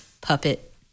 puppet